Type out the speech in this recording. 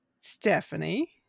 Stephanie